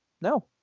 No